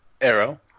Arrow